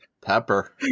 pepper